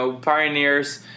pioneers